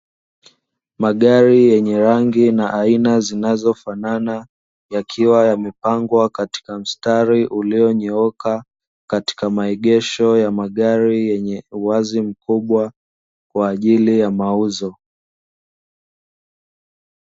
Magari yenye rangi na aina zinazofanana yakiwa yamepangwa katika mstari ulionyooka katika maegesho ya magari yenye uwazi mkubwa kwa ajili ya mauzo.